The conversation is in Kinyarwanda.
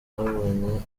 babonye